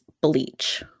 bleach